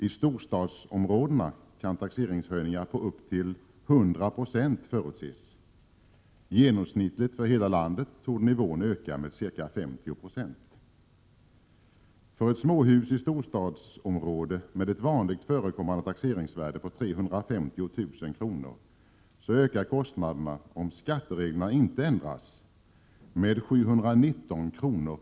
I storstadsområdena kan taxeringshöjningar på upp till 100 96 förutses. Genomsnittligt för hela landet torde nivån öka med ca 50 96. För ett småhus i ett storstadsområde med ett vanligt förekommande taxeringsvärde på 350 000 kr. ökar kostnaderna, om skattereglerna inte ändras, med 719 kr.